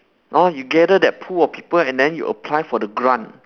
orh you gather that pool of people and then you apply for the grant